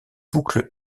boucles